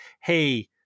Hey